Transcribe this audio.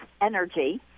energy